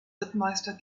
rittmeister